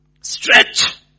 Stretch